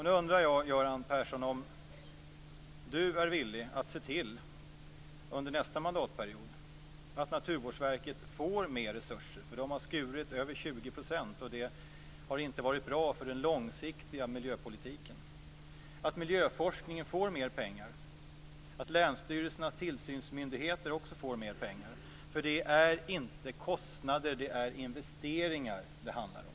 Nu undrar jag om Göran Persson är villig att under nästa mandatperiod se till att Naturvårdsverket får mer resurser - man har skurit ned över 20 %, och det har inte varit bra för den långsiktiga miljöpolitiken - att miljöforskningen får mer pengar och att länsstyrelsernas tillsynsmyndigheter också får mer pengar. Det är inte kostnader utan investeringar det handlar om.